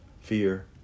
fear